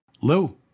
Lou